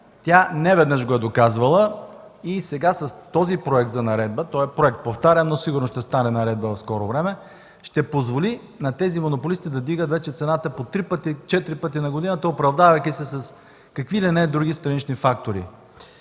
Тя неведнъж го е доказвала и сега с този проект за наредба – той е проект, повтарям, но сигурно ще стане наредба в скоро време, ще позволи на тези монополисти да вдигат цената вече по три-четири пъти на годината, оправдавайки се с какви ли не други странични фактори.